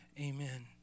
Amen